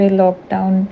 lockdown